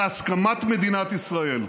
בהסכמת מדינת ישראל.